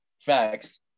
facts